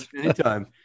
Anytime